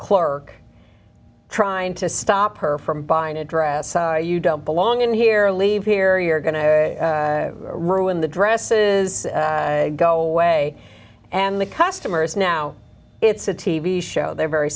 clerk trying to stop her from buying a dress you don't belong in here or leave here you're going to ruin the dresses go away and the customers now it's a t v show they're very